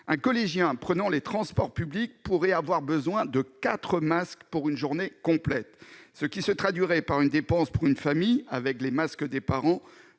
Un collégien prenant les transports publics pourrait avoir besoin de quatre masques pour une journée complète, ce qui se traduirait pour une famille, en prenant en compte les masques des parents,